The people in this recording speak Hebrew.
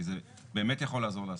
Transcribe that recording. כי זה באמת יכול לעזור לעסקים.